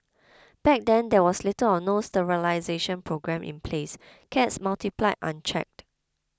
back then there was little or no sterilisation programme in place cats multiplied unchecked